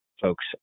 folks